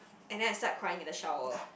and then I start crying in the shower